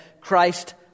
Christ